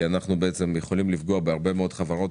אנחנו בעצם יכולים לפגוע בהרבה מאוד חברות,